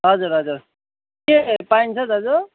हजुर हजुर के पाइन्छ दाजु